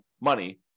money